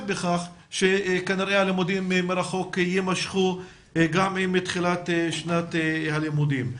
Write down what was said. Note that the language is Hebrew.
בכך שכנראה הלימודים מרחוק יימשכו גם עם תחילת שנת הלימודים.